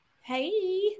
Hey